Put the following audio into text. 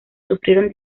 sufrieron